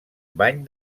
bany